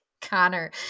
Connor